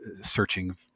searching